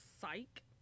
psych